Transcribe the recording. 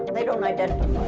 they don't identify